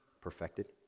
perfected